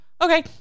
Okay